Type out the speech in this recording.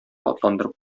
атландырып